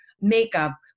makeup